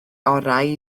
orau